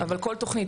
אבל כל תוכנית,